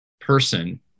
person